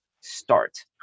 start